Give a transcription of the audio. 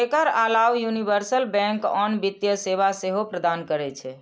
एकर अलाव universal bank आन वित्तीय सेवा सेहो प्रदान करै छै